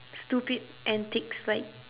stupid antics like